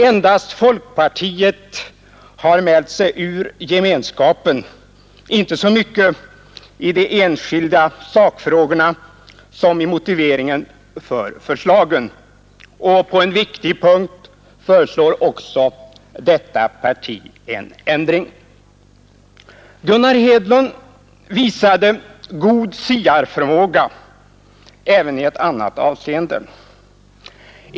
Endast folkpartiet har mält sig ur gemenskapen, inte så mycket i de enskilda sakfrågorna som i motiveringen för förslagen. På en viktig punkt föreslår detta parti också en ändring. Gunnar Hedlund visade god siarförmåga även i ett annat avseende.